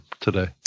today